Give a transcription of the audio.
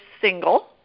single